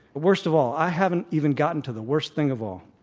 worst of all, i haven't even gotten to the worst thing of all.